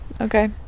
okay